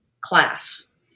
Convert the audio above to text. class